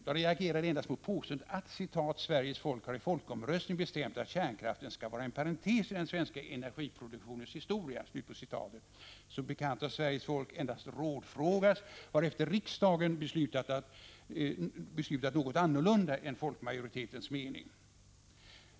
Jag reagerade endast mot påståendet att ”Sveriges folk har i folkomröstning bestämt att kärnkraften skall vara en parentes i den svenska energiproduktionens historia”. Som bekant har Sveriges folk endast rådfrågats, varefter riksdagen beslutat något annorlunda än folkmajoritetens mening. Herr talman!